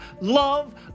love